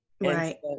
right